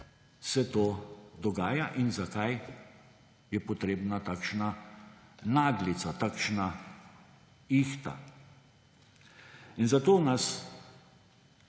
se to dogaja in zakaj je potrebna takšna naglica, takšna ihta. Zato nas